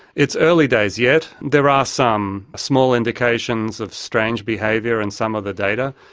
it's early days yet. there are some small indications of strange behaviour in some of the data,